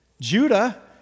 Judah